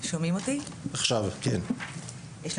ואני